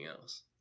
else